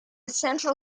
central